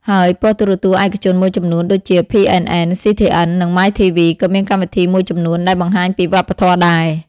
ហើយប៉ុស្តិ៍ទូរទស្សន៍ឯកជនមួយចំនួន ដូចជា PNN, CTN, និង MyTV ក៏មានកម្មវិធីមួយចំនួនដែលបង្ហាញពីវប្បធម៌ដែរ។